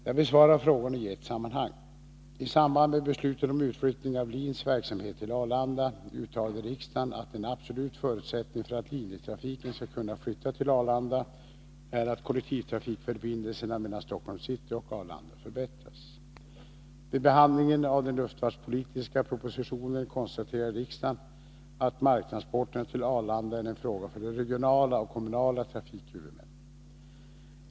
Jag besvarar frågorna i ett sammanhang. I samband med beslutet om utflyttning av LIN:s verksamhet till Arlanda uttalade riksdagen att en absolut förutsättning för att linjetrafiken skall kunna flytta till Arlanda är att kollektivtrafikförbindelserna mellan Stockholms city och Arlanda förbättras. Vid behandlingen av den luftfartspolitiska propositionen konstaterade riksdagen att marktransporterna till Arlanda är en fråga för de regionala och kommunala trafikhuvudmännen.